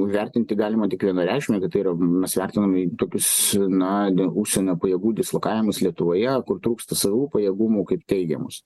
vertinti galima tik vienareikšmiai kad tai yra mes vertiname tokius na užsienio pajėgų dislokavimus lietuvoje kur trūksta savų pajėgumų kaip teigiamus